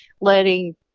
letting